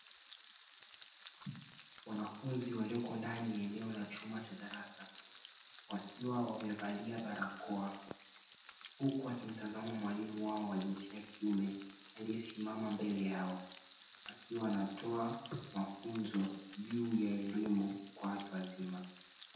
Wanafunzi walioko ndani ya eneo la chumba cha darasa wakiwa wamevalia barakoa. Huku wakimtazama mwalimu wao wa jinsia ya kiume aliyesimama mbele yao. Akiwa anatoa mafunzo juu ya elimu kwa watu wazima.